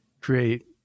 create